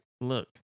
look